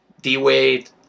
D-Wade